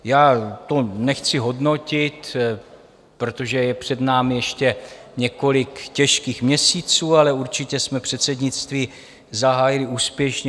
Já tu nechci hodnotit, protože je před námi ještě několik těžkých měsíců, ale určitě jsme předsednictví zahájili úspěšně.